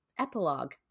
epilogue